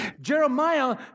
Jeremiah